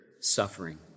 suffering